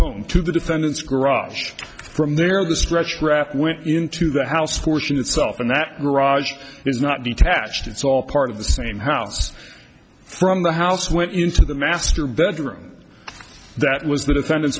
home to the defendant's garage from there the scratched wrap went into the house fortune itself and that mirage is not detached it's all part of the same house from the house went into the master bedroom that was the defendant